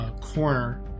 corner